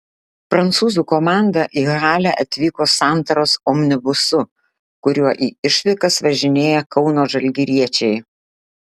prancūzų komanda į halę atvyko santaros omnibusu kuriuo į išvykas važinėja kauno žalgiriečiai